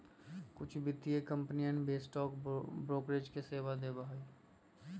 कुछ वित्तीय कंपनियन भी स्टॉक ब्रोकरेज के सेवा देवा हई